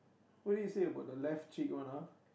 what did it say about the left cheek one ah